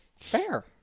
Fair